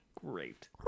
Great